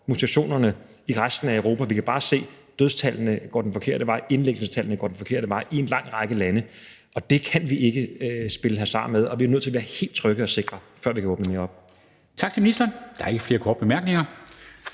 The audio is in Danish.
for mutationerne i resten af Europa. Vi kan bare se, at dødstallene går den forkerte vej, indlæggelsestallene går den forkerte vej i en lang række lande. Det kan vi ikke spille hasard med. Vi er nødt til at være helt trygge og sikre, før vi kan åbne mere op. Kl. 13:39 Formanden (Henrik Dam Kristensen):